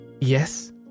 yes